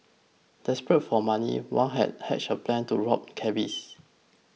desperate for money Wang had hatched a plan to rob cabbies